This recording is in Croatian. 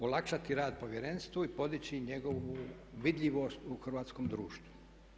Olakšati rad Povjerenstvu i podići njegovu vidljivost u hrvatskom društvu.